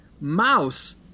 Mouse